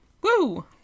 Woo